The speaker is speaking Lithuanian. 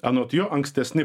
anot jo ankstesni